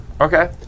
Okay